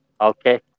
Okay